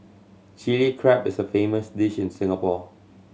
Chilli Crab is a famous dish in Singapore